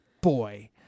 boy